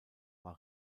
war